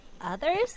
Others